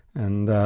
and,